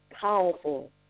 powerful